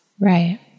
Right